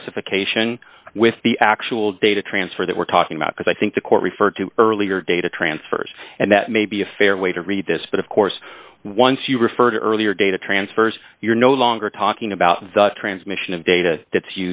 specification with the actual data transfer that we're talking about because i think the court referred to earlier data transfers and that may be a fair way to read this but of course once you referred earlier data transfers you're no longer talking about the transmission of data